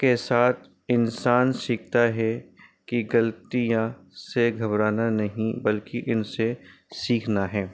کے ساتھ انسان سیکھتا ہے کہ غلطیاں سے گھبرانا نہیں بلکہ ان سے سیکھنا ہے